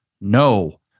No